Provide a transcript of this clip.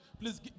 Please